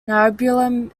niobium